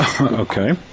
Okay